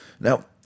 Now